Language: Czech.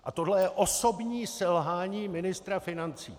A tohle je osobní selhání ministra financí!